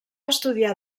estudiar